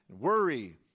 worry